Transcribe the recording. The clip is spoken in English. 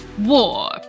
war